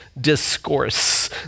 Discourse